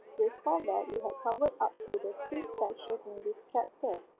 recall that we had covered up to the fifth section in this chapter.